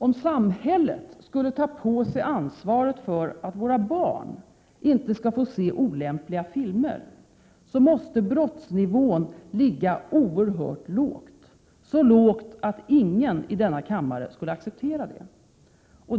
Om samhället skulle ta på sig ansvaret för att våra barn inte skall få se olämpliga filmer måste brottsnivån ligga oerhört lågt, så lågt att ingen i denna kammare skulle acceptera det.